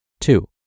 Two